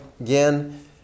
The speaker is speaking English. again